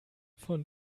von